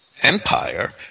empire